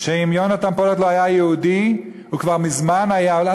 שאם יהונתן פולארד לא היה יהודי הוא כבר מזמן היה,